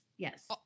Yes